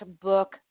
book